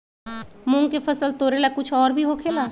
मूंग के फसल तोरेला कुछ और भी होखेला?